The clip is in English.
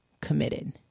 committed